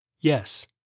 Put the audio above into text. Yes